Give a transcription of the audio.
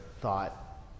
thought